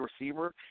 receiver